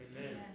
Amen